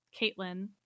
Caitlin